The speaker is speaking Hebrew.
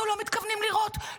אנחנו לא מתכוונים לירות.